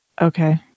Okay